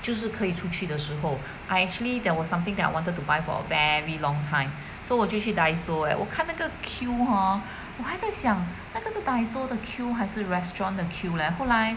就是可以出去的时候 I actually there was something that I wanted to buy for a very long time so 我进去 Daiso eh 我看那个 queue hor 我还在想那个是 Daiso 的 queue 还是 restaurant 的 queue leh 后来